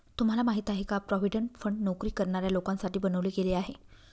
तुम्हाला माहिती आहे का? प्रॉव्हिडंट फंड नोकरी करणाऱ्या लोकांसाठी बनवले गेले आहे